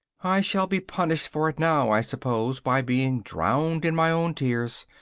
i shall be punished for it now, i suppose, by being drowned in my own tears!